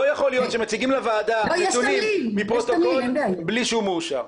לא יכול להיות שמציגים לוועדה נתונים מפרוטוקול בלי שהוא מאושר.